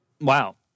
Wow